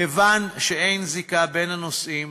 כיוון שאין זיקה בין הנושאים